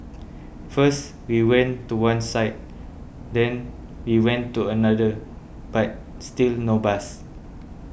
first we went to one side then we went to another but still no bus